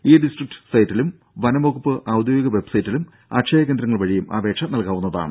E district സൈറ്റിലും വനം വകുപ്പ് ഔദ്യോഗിക വെബ് സൈറ്റിലും അക്ഷയ കേന്ദ്രങ്ങൾ വഴിയും അപേക്ഷ നൽകാവുന്നതാണ്